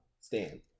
stand